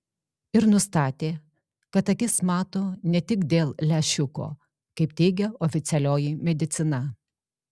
ir nustatė kad akis mato ne tik dėl lęšiuko kaip teigia oficialioji medicina